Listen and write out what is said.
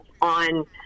on